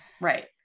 Right